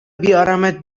بیارمت